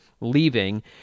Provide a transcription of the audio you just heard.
leaving